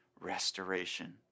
restoration